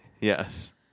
Yes